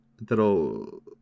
that'll